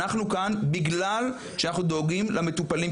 אנחנו כאן בגלל שאנחנו דואגים למטופלים,